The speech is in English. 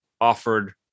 offered